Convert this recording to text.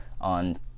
on